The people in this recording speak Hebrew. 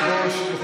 אחרונה, תודה רבה.